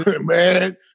man